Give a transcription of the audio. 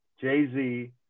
Jay-Z